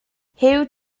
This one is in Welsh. huw